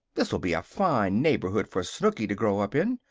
this'll be a fine neighborhood for snooky to grow up in!